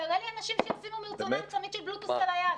תראה לי אנשים שישימו אנשים מרצונם צמידי בלוטות' על היד.